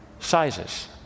sizes